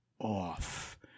off